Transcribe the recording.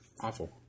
awful